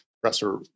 presser